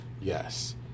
yes